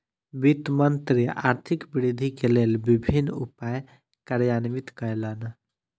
वित्त मंत्री आर्थिक वृद्धि के लेल विभिन्न उपाय कार्यान्वित कयलैन